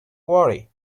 worry